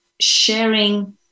sharing